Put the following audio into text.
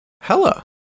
Hella